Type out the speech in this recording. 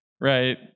right